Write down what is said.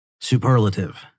superlative